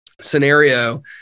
scenario